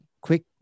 quick